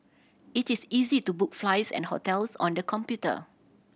it is easy to book flights and hotels on the computer